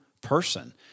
person